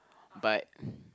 but